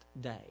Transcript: day